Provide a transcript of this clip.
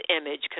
image